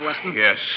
Yes